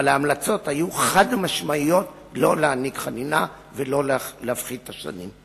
אבל ההמלצות היו חד-משמעיות לא להעניק חנינה ולא להפחית את השנים.